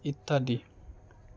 ইত্যাদি